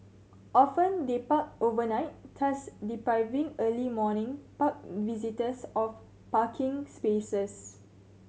often they park overnight thus depriving early morning park visitors of parking spaces